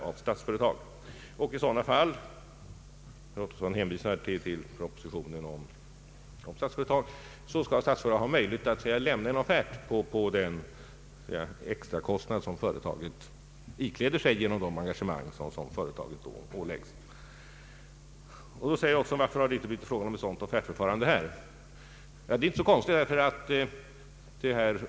I sådana fall, och herr Ottosson hänvisar till fjolårets proposition om förvaltningsbolaget, skall Statsföretag AB ha möjlighet att lämna offert på den extra kostnad som företaget ikläder sig genom de engagemang företaget åläggs. Han frågar nu varför det inte har blivit ett sådant offertförfarande här. Ja, det är inte så konstigt.